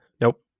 Nope